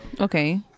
Okay